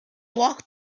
walk